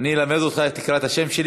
אני אלמד אותך איך לקרוא את השם שלי